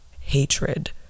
hatred